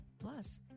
Plus